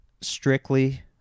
strictly